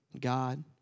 God